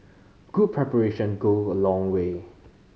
good preparation go a long way